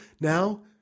now